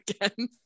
again